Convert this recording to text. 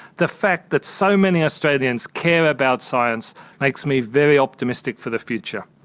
the fact that so many australians care about science makes me very optimistic for the future.